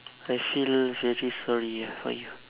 I feel very sorry for you